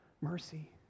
mercy